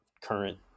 current